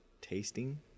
tasting